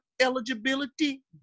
eligibility